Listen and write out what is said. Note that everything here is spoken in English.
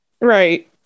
right